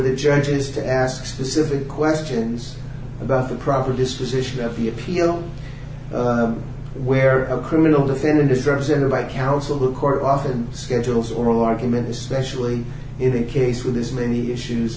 the judge is to ask specific questions about the proper disposition of the appeal where a criminal defendant is represented by counsel the court often schedules oral argument especially in the case with this many issues